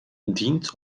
dient